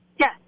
Yes